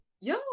Yo